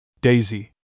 Daisy